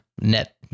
net